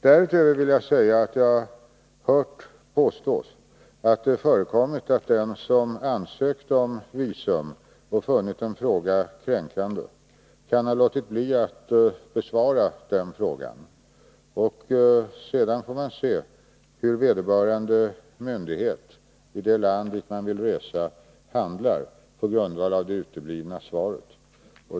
Därutöver har jag hört påstås att det har förekommit att den som har ansökt om visum och funnit en fråga kränkande kan ha låtit bli att besvara den frågan. Sedan får man se hur vederbörande myndighet i det land dit man vill resa handlar på grundval av det uteblivna svaret.